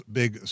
big